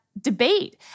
debate